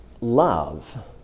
love